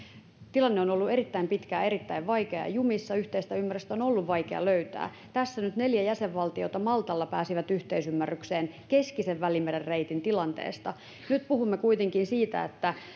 tilanne on ollut erittäin pitkään erittäin vaikea ja jumissa yhteistä ymmärrystä on ollut vaikea löytää tässä nyt neljä jäsenvaltiota pääsi maltalla yhteisymmärrykseen keskisen välimeren reitin tilanteesta nyt puhumme kuitenkin siitä että